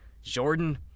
Jordan